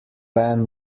pan